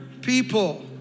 people